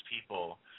people